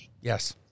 Yes